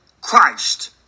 Christ